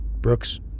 Brooks